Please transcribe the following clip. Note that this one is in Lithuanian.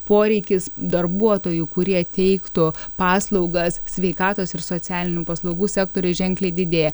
poreikis darbuotojų kurie teiktų paslaugas sveikatos ir socialinių paslaugų sektoriuj ženkliai didėja